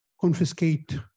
confiscate